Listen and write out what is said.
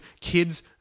kids